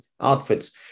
outfits